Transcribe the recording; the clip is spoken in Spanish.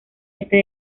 este